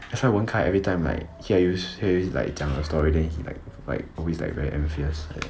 that's why wen kai everytime like hear you hear you like 讲 the story then he like like always like very envious like that